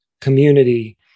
community